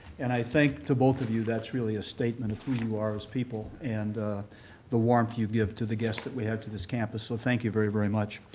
and i think to both of you that's really a statement of who you are as people and the warmth you give to the guests that we have to this campus. so thank you, very, very much.